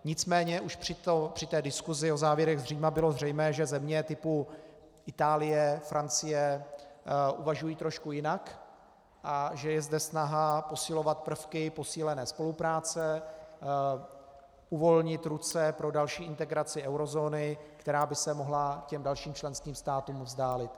Nicméně už při diskusi o závěrech z Říma bylo zřejmé, že země typu Itálie, Francie uvažují trošku jinak a že je zde snaha posilovat prvky posílené spolupráce, uvolnit ruce pro další integraci eurozóny, která by se mohla těm dalším členským státům vzdálit.